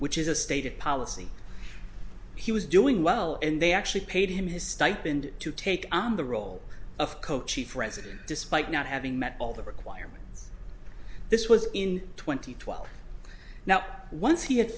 which is a stated policy he was doing well and they actually paid him his stipend to take on the role of co chief president despite not having met all the requirements this was in twenty twelve now once he had